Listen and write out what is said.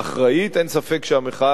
אין ספק שהמחאה החברתית,